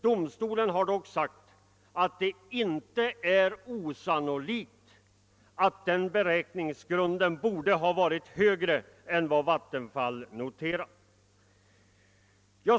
Domstolen har dock sagt att det inte är sannolikt att den beräkningsgrunden borde ha varit högre än vad Vattenfall noterat.